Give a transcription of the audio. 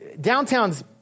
downtown's